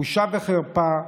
בושה וחרפה,